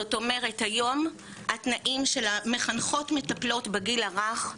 זאת אומרת היום התנאים של המחנכות מטפלות בגיל הרך,